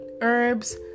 herbs